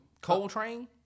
Coltrane